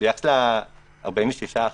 ביחס ל-46%,